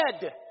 Dead